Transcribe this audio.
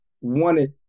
wanted